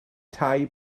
tai